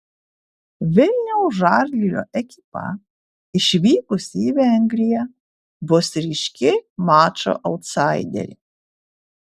vilniaus žalgirio ekipa išvykusi į vengriją bus ryški mačo autsaiderė